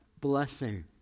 blessing